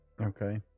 Okay